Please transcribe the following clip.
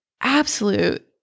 absolute